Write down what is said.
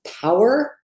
power